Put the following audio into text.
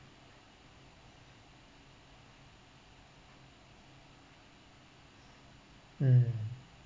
um